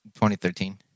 2013